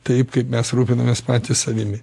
taip kaip mes rūpinamės patys savimi